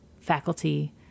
faculty